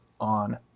on